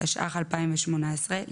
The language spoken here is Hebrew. התשע"ח-2018,